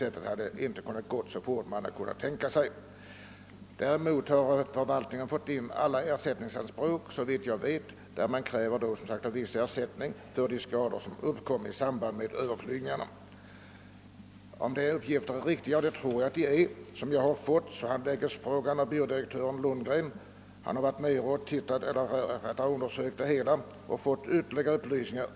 Förvaltningen har såvitt jag vet fått in alla ersättningsanspråk för de skador som uppkommit i samband med överflygningarna. Om de uppgifter som jag fått är riktiga, kan jag nämna att frågan handlägges av byrådirektören Lundgren. Han har undersökt det hela och inhämtat ytterligare upplysningar.